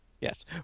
Yes